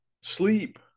sleep